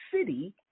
city